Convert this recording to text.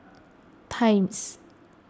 Times